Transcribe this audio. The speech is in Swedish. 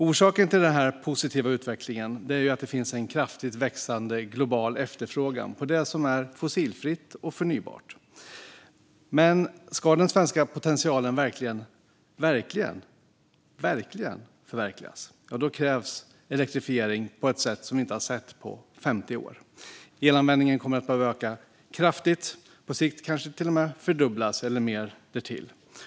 Orsaken till den positiva utvecklingen är att det finns en kraftigt växande global efterfrågan på det som är fossilfritt och förnybart. Men om den svenska potentialen verkligen ska förverkligas krävs elektrifiering på ett sätt som vi inte har sett på 50 år. Elanvändningen kommer att behöva öka kraftigt, på sikt kanske till och med fördubblas eller mer därtill.